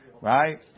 Right